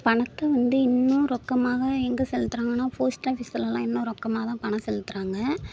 பணத்தை வந்து இன்னும் ரொக்கமாக எங்கே செலுத்துறாங்கனால் போஸ்ட் ஆபீஸ்லேலாம் இன்னும் ரொக்கமாகதான் பணம் செலுத்துகிறாங்க